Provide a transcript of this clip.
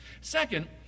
Second